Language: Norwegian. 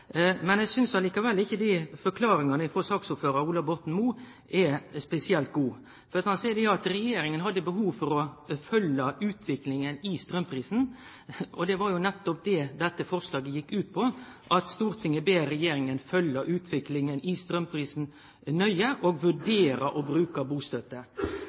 spesielt gode. Han seier at regjeringa hadde behov for å følgje utviklinga i straumprisen. Det var jo nettopp det dette forslaget gjekk ut på, at Stortinget ber regjeringa om å følgje utviklinga i straumprisen nøye og